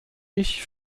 ich